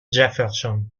jefferson